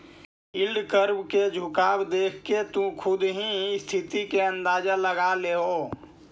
yield curve के झुकाव देखके तु खुद ही स्थिति के अंदाज लगा लेओ